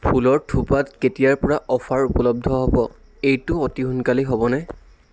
ফুলৰ থোপাত কেতিয়াৰ পৰা অফাৰ উপলব্ধ হ'ব এইটো অতি সোনকালেই হ'বনে